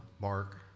Mark